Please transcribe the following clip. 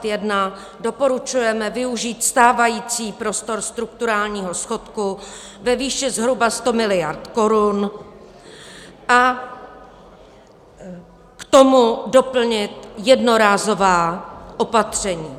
Pro rok 2021 doporučujeme využít stávající prostor strukturálního schodku ve výši zhruba 100 mld. korun a k tomu doplnit jednorázová opatření.